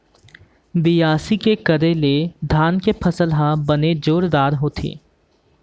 बियासी के करे ले धान के फसल ह बने जोरदार होथे